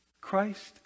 Christ